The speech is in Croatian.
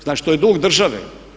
Znači, to je dug države.